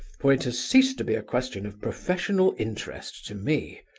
for it has ceased to be a question of professional interest to me.